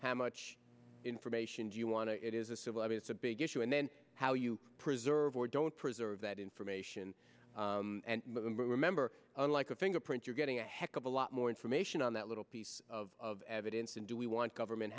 how much information do you want to it is a civil i mean it's a big issue and then how you preserve or don't preserve that information and remember unlike a fingerprint you're getting a heck of a lot more information on that little piece of evidence and do we want government